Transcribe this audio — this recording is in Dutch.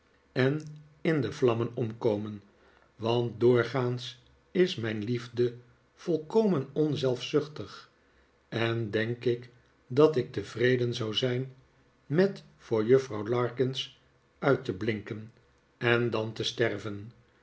en in de vlammen omkomen want doorgaans is mijn lief de volkomen onzelfzuchtig en denk ik dat ik tevreden zou zijn met voor juffrouw larkins uit te blinken en dan te sterven